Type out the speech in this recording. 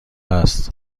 است